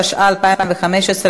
התשע"ה 2015,